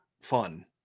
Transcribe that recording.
fun